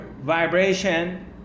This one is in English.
vibration